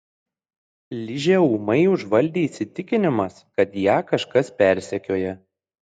ližę ūmai užvaldė įsitikinimas kad ją kažkas persekioja